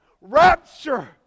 rapture